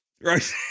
Right